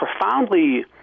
profoundly